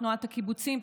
תנועת הקיבוצים,